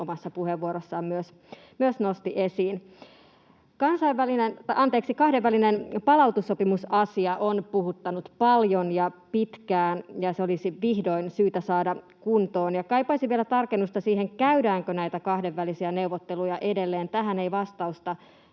omassa puheenvuorossaan nosti esiin. Kahdenvälinen palautussopimus ‑asia on puhuttanut paljon ja pitkään, ja se olisi vihdoin syytä saada kuntoon. Kaipaisin vielä tarkennusta siihen, käydäänkö näitä kahdenvälisiä neuvotteluja edelleen. Tähän ei vastausta